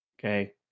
Okay